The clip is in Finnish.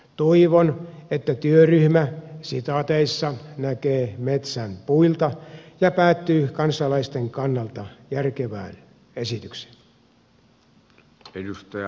toivon että työryhmä näkee metsän puilta ja päätyy kansalaisten kannalta järkevään esitykseen